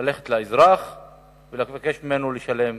ללכת לאזרח ולבקש ממנו לשלם.